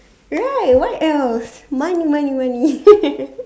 right what else money money money